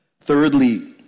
Thirdly